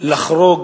לחרוג